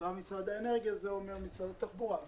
בא משרד האנרגיה ואומר: זה משרד התחבורה.